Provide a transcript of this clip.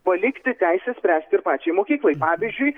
palikti teisę spręsti ir pačiai mokyklai pavyzdžiui